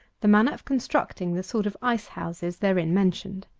the manner of constructing the sort of ice-houses therein mentioned.